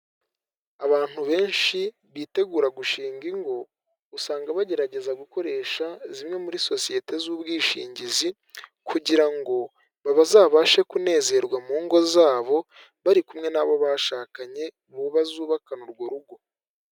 Abantu benshi bitegura gushinga ingo usanga bagerageza gukoresha zimwe muri sosiyete z'ubwishingizi, kugira ngo bazabashe kunezerwa mu ngo zabo bari kumwe n'abo bashakanye ngo bazubakane urwo rugo.